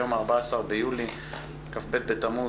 היום ה-14 ביולי כ"ב בתמוז,